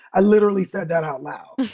i literally said that out loud,